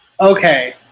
Okay